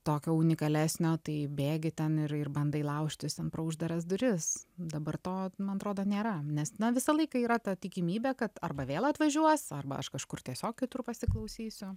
tokio unikalesnio tai bėgi ten ir ir bandai laužtis ten pro uždaras duris dabar to man atrodo nėra nes na visą laiką yra ta tikimybė kad arba vėl atvažiuos arba aš kažkur tiesiog kitur pasiklausysiu